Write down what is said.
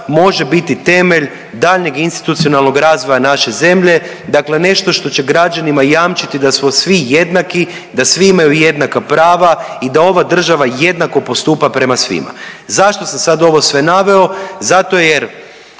može biti temelj daljnjeg institucionalnog razvoja naše zemlje. Dakle, nešto što će građanima jamčiti da smo svi jednaki, da svi imaju jednaka prava i da ova država jednako postupa prema svima. Zašto sam ovo sve naveo? Zato jer